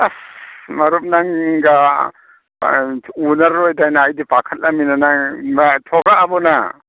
ꯑꯁ ꯃꯔꯨꯞ ꯅꯪꯒ ꯎꯅꯔꯔꯣꯏꯗ꯭ꯔꯅ ꯑꯩꯗꯤ ꯄꯥꯈꯠꯂꯝꯃꯤ ꯅꯪ ꯕꯥꯏ ꯊꯣꯛꯂꯛꯑꯕꯣ ꯅꯪ